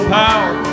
power